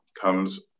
comes